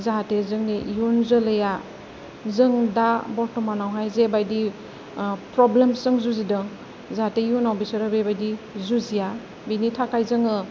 जाहाथे जोंनि इयुन जोलैया जों दा बरत'मानावहाय जेबायदि प्रब्लेम्स जों जुजिदों जाहाथे इयुनाव बिसोरो बेबायदि जुजिया बेनि थाखाय जोङो